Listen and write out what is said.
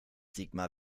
sigmar